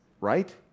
right